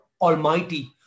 Almighty